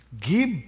Give